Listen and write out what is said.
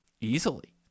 easily